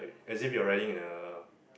as if you are riding in a